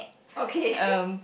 okay